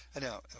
Now